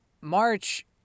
March